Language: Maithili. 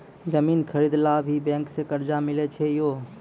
जमीन खरीदे ला भी बैंक से कर्जा मिले छै यो?